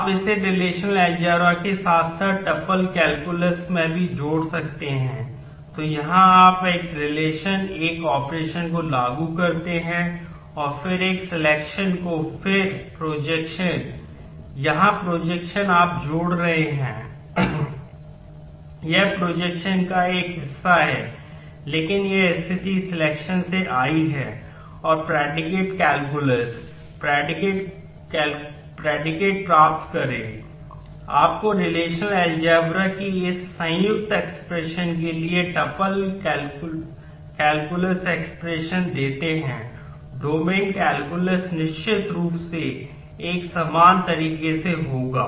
आप इसे relational algebra निश्चित रूप से एक समान तरीके से होगा